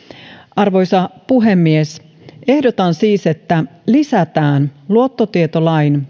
arvoisa puhemies ehdotan siis että lisätään luottotietolain